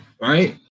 Right